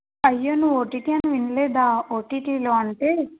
అయ్యో నువ్వు ఓటీటీ అని వినలేదా ఓటీటీలో అంటే